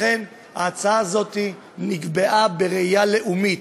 ההצעה הזאת נקבעה בראייה לאומית,